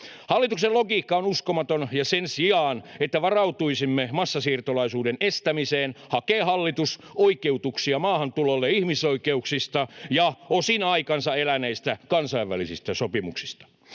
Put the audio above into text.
Hallituksen logiikka on uskomaton. Sen sijaan, että varautuisimme massasiirtolaisuuden estämiseen, hakee hallitus oikeutuksia maahantulolle ihmisoikeuksista ja osin aikansa eläneistä kansainvälisistä sopimuksista.